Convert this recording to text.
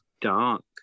dark